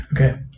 Okay